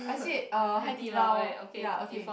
I said uh Hai-Di-Lao ya okay